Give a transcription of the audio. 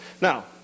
Now